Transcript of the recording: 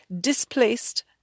displaced